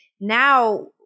now